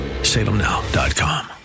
Salemnow.com